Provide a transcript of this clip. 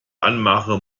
anmache